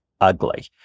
ugly